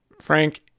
Frank